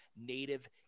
native